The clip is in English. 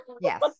yes